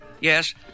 Yes